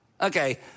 Okay